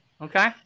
okay